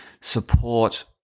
support